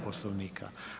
Poslovnika.